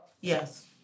Yes